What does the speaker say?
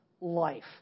life